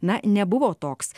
na nebuvo toks